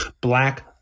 Black